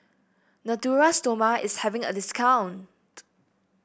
Natura Stoma is having a discount